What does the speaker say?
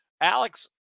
Alex